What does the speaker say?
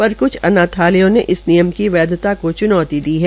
पर क्छ अनाथलयों ने इस निमय की वैद्यता को च्नौती दी है